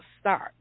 start